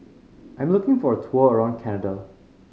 I'm looking for a tour around Canada